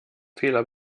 fehler